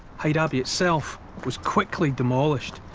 hyde abbey itself was quickly demolished.